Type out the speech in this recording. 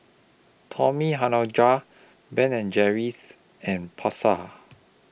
Tommy Hilfiger Ben and Jerry's and Pasar